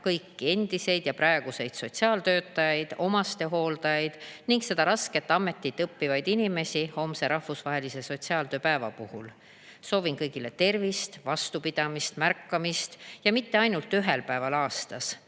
kõiki endiseid ja praeguseid sotsiaaltöötajaid, omastehooldajaid ning seda rasket ametit õppivaid inimesi homse rahvusvahelise sotsiaaltöö päeva puhul. Soovin kõigile tervist, vastupidamist, märkamist, ja mitte ainult ühel päeval aastas.